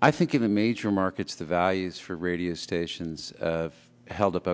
i think in the major markets the values for radio stations held up